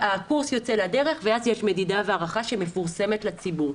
הקורס יוצא לדרך ואז יש מדידה והערכה שמפורסמת לציבור.